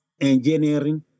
Engineering